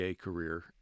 career